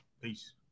Peace